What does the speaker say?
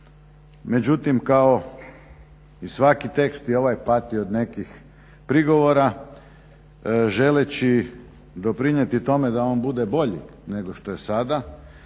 Međutim, kao i svaki tekst i ovaj pati od nekih prigovora. Želeći doprinijeti tome da on bude bolji nego što je sada,